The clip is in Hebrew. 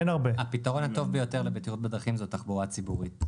הפתרון הטוב ביותר לבטיחות בדרכים זו תחבורה ציבורית.